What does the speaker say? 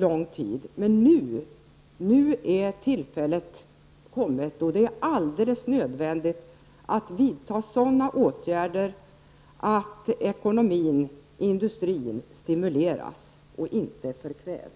lång tid. Men nu är tillfället kommet då det är alldeles nödvändigt att vidta sådana åtgärder att ekonomin och industrin stimuleras och inte förkvävs.